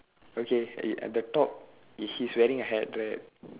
okay at at the top he is wearing a hat right